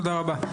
תודה רבה.